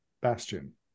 Bastion